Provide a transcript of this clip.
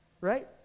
right